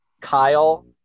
Kyle